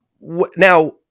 now